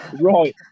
right